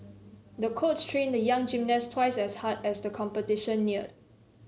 the coach trained the young gymnast twice as hard as the competition neared